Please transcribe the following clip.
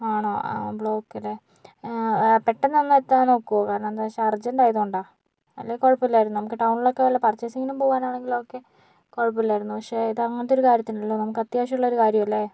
ആണോ ആ ബ്ലോക്ക് അല്ലേ പെട്ടെന്ന് ഒന്ന് എത്താൻ നോക്കുമോ കാരണമെന്താണെന്നു വച്ചാൽ അർജൻ്റായതുകൊണ്ടാണ് അല്ലേ കുഴപ്പമില്ലായിരുന്നു നമുക്ക് ടൗണിലൊക്കെ വല്ല പർച്ചെയ്സിങ്ങിനും പോകുവാനാണെങ്കിൽ ഓക്കേ കുഴപ്പമില്ലായിരുന്നു പക്ഷെ ഇത് അങ്ങനത്തെയൊരു കാര്യത്തിനല്ലല്ലോ നമുക്ക് അത്യാവശ്യമുള്ള ഒരു കാര്യമല്ലേ